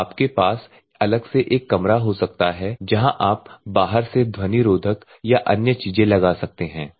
तो आपके पास अलग से एक कमरा हो सकता है जहाँ आप बाहर से ध्वनि रोधक और अन्य चीजें लगा सकते हैं